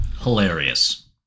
Hilarious